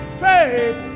faith